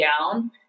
down